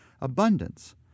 abundance